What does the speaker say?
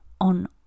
on